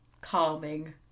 calming